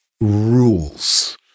rules